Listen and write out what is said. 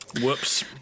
Whoops